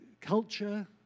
culture